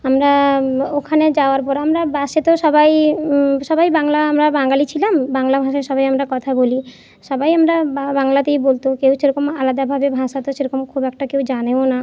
আমরা ওখানে যাওয়ার পর আমরা বাসে তো সবাই সবাই বাংলা আমরা বাঙালি ছিলাম বাংলা ভাষায় সবাই আমরা কথা বলি সবাই আমরা বাংলাতেই বলতো কেউ সেরকম আলাদাভাবে ভাষা তো সেরকম খুব একটা কেউ জানেও না